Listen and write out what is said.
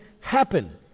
happen